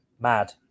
mad